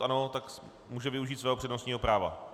Ano, může využít svého přednostního práva.